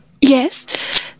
Yes